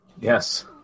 Yes